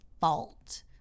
fault